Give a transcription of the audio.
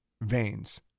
Veins